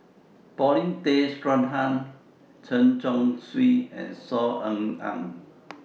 Paulin Tay Straughan Chen Chong Swee and Saw Ean Ang